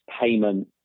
payment